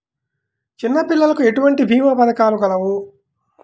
చిన్నపిల్లలకు ఎటువంటి భీమా పథకాలు కలవు?